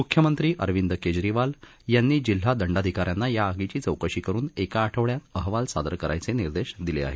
मुख्यमंत्री अरविंद केजरीवाल यांनी जिल्हा दंडाधिकाऱ्यांना या आगीची चौकशी करुन एक आठवडयात अहवाल सादर करण्याचे निर्देश दिले आहेत